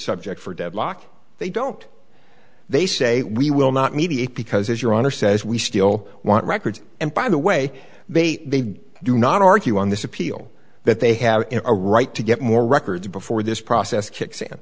subject for deadlock they don't they say we will not mediate because as your honor says we still want records and by the way they do not argue on this appeal that they have a right to get more records before this process kicks in